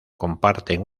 comparten